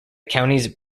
counties